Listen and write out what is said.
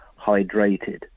hydrated